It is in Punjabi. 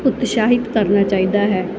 ਉਤਸ਼ਾਹਿਤ ਕਰਨਾ ਚਾਹੀਦਾ ਹੈ